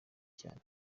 cyane